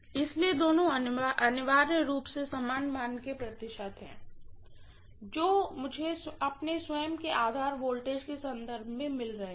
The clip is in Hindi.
इसलिए दोनों अनिवार्य रूप से सामान मान के प्रतिशत हैं जो मुझे अपने स्वयं के आधार वोल्टेज के संदर्भ में मिल रहे हैं